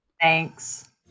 Thanks